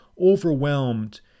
overwhelmed